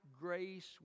grace